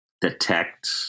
detect